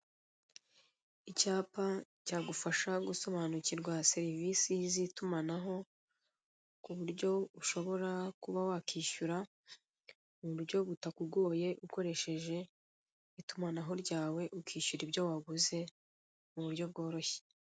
Icyapa cyagufasha gusobanukirwa serivise z'itumanaho ku buryo ushobora kuba wakwishyura mu buryo butakugoye ukoresheje itumanaho ryawe ukishyura ibyo waguze mu buryo bworoshye.